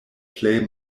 plej